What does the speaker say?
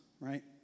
right